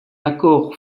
accord